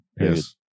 Yes